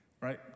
Right